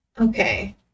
Okay